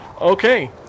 Okay